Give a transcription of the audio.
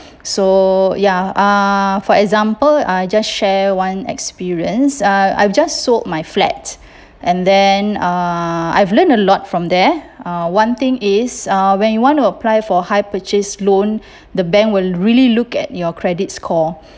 so ya uh for example uh just share one experience uh I've just sold my flat and then uh I've learned a lot from there uh one thing is uh when you want to apply for high purchase loan the bank will really look at your credit score